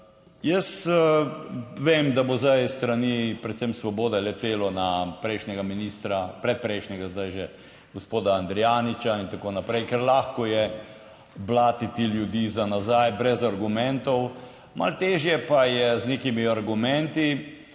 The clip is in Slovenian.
Jaz vem, da bo zdaj s strani predvsem Svobode letelo na prejšnjega ministra, predprejšnjega, zdaj že gospoda Andrijaniča in tako naprej, ker lahko je blatiti ljudi za nazaj brez argumentov, malo težje pa je z nekimi argumenti